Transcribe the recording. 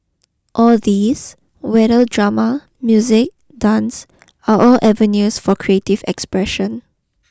all these whether drama music dance are all avenues for creative expression